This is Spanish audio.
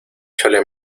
chole